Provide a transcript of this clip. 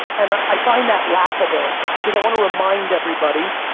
and ah i find that laughable, because i wanna remind everybody,